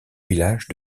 village